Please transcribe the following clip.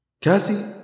Cassie